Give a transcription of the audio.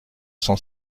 cent